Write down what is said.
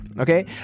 okay